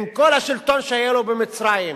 עם כל השלטון שהיה לו במצרים,